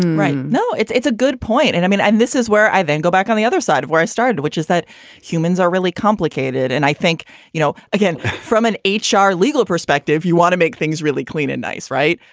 right no it's it's a good point and i mean this is where i then go back on the other side of where i started which is that humans are really complicated and i think you know again from an h r. legal perspective you want to make things really clean and nice. right.